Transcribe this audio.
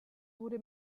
wurde